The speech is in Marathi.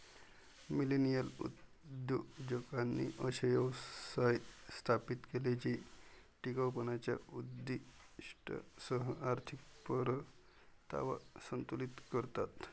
मिलेनियल उद्योजकांनी असे व्यवसाय स्थापित केले जे टिकाऊपणाच्या उद्दीष्टांसह आर्थिक परतावा संतुलित करतात